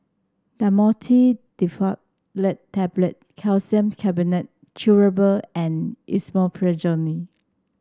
Dhamotil Diphenoxylate Tablets Calcium Carbonate Chewable and Esomeprazole